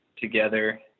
together